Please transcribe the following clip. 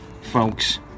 folks